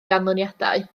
ganlyniadau